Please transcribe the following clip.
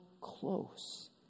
close